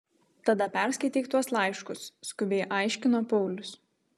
tada perskaityk tuos laiškus skubiai aiškino paulius